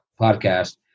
podcast